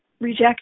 reject